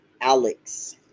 Alex